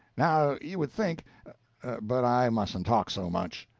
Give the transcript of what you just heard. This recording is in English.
now you would think but i mustn't talk so much.